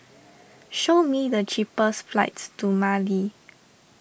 show me the cheapest flights to Mali